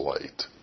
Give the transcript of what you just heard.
light